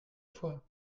fois